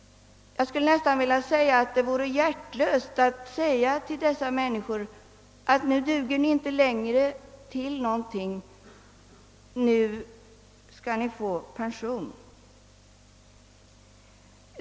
Jag skulle nästan vilja påstå att det vore hjärtlöst att säga till dessa människor att nu duger ni inte längre någonting till, nu skall ni få pension.